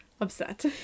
upset